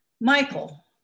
Michael